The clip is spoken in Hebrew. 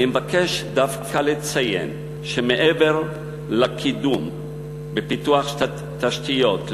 אני מבקש דווקא לציין שמעבר לקידום בפיתוח תשתיות,